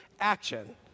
action